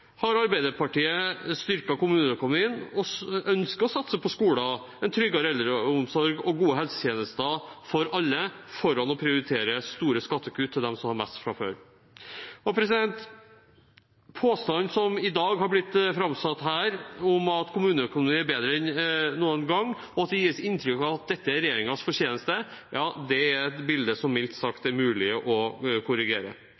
har Arbeiderpartiet styrket kommuneøkonomien og ønsket å satse på skolene, en tryggere eldreomsorg og gode helsetjenester for alle foran å prioritere store skattekutt til dem som har mest fra før. Påstanden som i dag har blitt framsatt her om at kommuneøkonomien er bedre enn noen gang, og at det gis inntrykk av at dette er regjeringens fortjeneste, er et bilde som mildt sagt er mulig å korrigere.